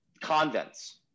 convents